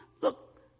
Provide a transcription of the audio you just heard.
look